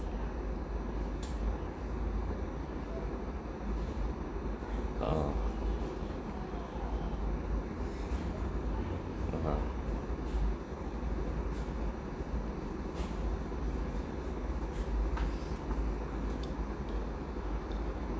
ah (uh huh)